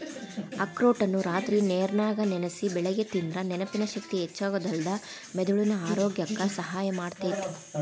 ಅಖ್ರೋಟನ್ನ ರಾತ್ರಿ ನೇರನ್ಯಾಗ ನೆನಸಿ ಬೆಳಿಗ್ಗೆ ತಿಂದ್ರ ನೆನಪಿನ ಶಕ್ತಿ ಹೆಚ್ಚಾಗೋದಲ್ದ ಮೆದುಳಿನ ಆರೋಗ್ಯಕ್ಕ ಸಹಾಯ ಮಾಡ್ತೇತಿ